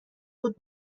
بود